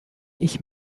ich